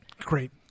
Great